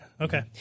okay